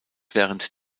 während